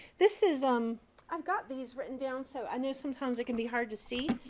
this is um i've got these written down so i know sometimes it can be hard to see.